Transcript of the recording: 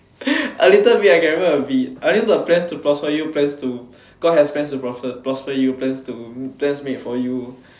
a little bit I can remember a bit I only know the plans to prosper you plans to god has plans to prosper prosper you plans to plans made for you